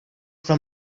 from